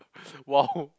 !wow!